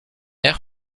air